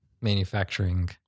manufacturing